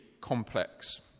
complex